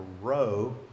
row